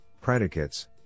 predicates